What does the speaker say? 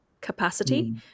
capacity